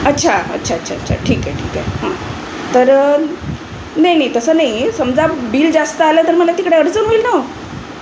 अच्छा अच्छा अच्छा अच्छा ठीक आहे ठीक आहे हां तर नाही नाही तसं नाही समजा बिल जास्त आलं तर मला तिकडे अडचण होईल ना हो